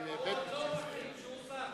הוא עוד לא מבין שהוא שר.